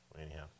Anyhow